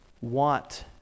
want